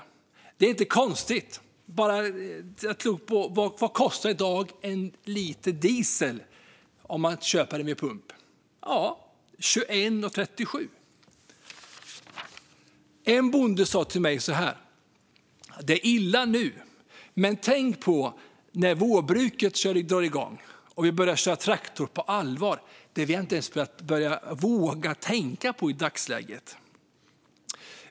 Detta är inte konstigt. Vad kostar det i dag att köpa en liter diesel vid pump? Det kostar 21,37. En bonde sa så här till mig: Det är illa nu, men tänk när vårbruket drar igång och vi börjar köra traktor på allvar. Det vågar jag inte ens tänka på i dagsläget.